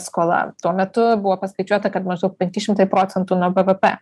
skola tuo metu buvo paskaičiuota kad maždaug penki šimtai procentų nuo bevepe